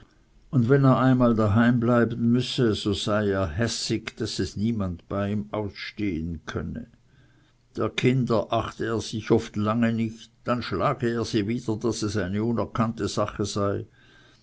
und wenn er einmal daheim bleiben müsse so sei er hässig daß es niemand bei ihm ausstehen könne der kinder achte er sich oft lange nicht dann schlage er sie wieder daß es eine unerkannte sache sei